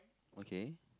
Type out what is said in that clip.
okay